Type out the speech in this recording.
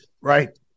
Right